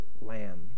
lamb